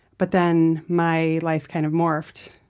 but then my life kind of morphed.